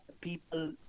people